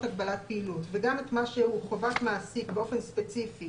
הגבלת פעילות וגם חובת מעסיק באופן ספציפי